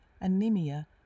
anemia